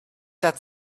that